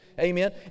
Amen